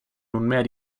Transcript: nunmehr